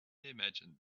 imagined